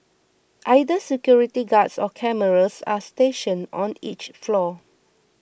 either security guards or cameras are stationed on each floor